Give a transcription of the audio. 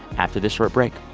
after this short break